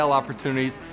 opportunities